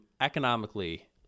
economically